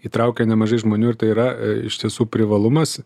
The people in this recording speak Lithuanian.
įtraukia nemažai žmonių ir tai yra a iš tiesų privalumas